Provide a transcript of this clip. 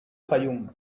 fayoum